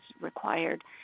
required